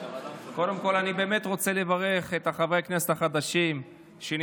קודם כול אני באמת רוצה לברך את חברי הכנסת החדשים שנבחרו,